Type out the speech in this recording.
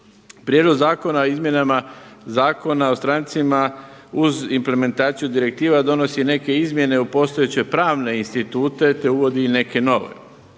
Prijedlog zakona o izmjenama Zakona o strancima uz implementaciju direktiva donosi i neke izmjene u postojeće pravne institute te uvodi i neke nove.